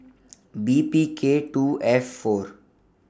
B P K two F four